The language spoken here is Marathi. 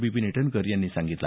विपीन इटनकर यांनी सांगितलं